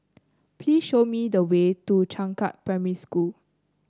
please show me the way to Changkat Primary School